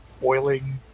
boiling